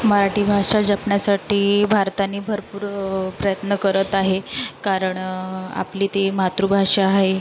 मराठी भाषा जपण्यासाठी भारताने भरपूर प्रयत्न करत आहे कारण आपली ते मातृभाषा आहे